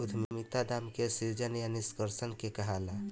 उद्यमिता दाम के सृजन या निष्कर्सन के कहाला